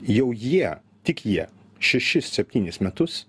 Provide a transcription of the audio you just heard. jau jie tik jie šešis septynis metus